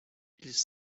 ils